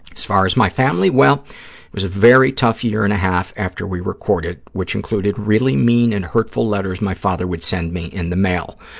as far as my family, well, it was a very tough year and a half after we recorded, which included really mean and hurtful letters my father would send me in the mail.